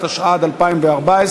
התשע"ד 2014,